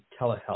telehealth